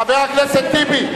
חבר הכנסת טיבי.